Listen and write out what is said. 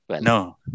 No